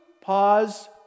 Pause